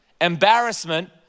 embarrassment